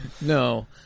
No